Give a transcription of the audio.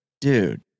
Dude